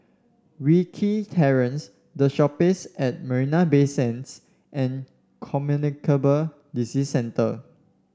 Wilkie Terrace The Shoppes at Marina Bay Sands and Communicable Disease Centre